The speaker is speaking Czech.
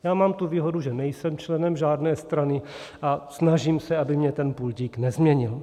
Já mám tu výhodu, že nejsem členem žádné strany, a snažím se, aby mě ten pultík nezměnil.